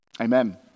Amen